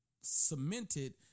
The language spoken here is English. cemented